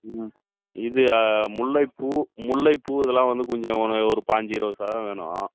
ம் இது முல்லைப்பூ முல்லைப்பூ இதெல்லாம் வந்து கொஞ்சம் ஒரு ஒரு பதிஞ்சு இருபது சரம் வேணும்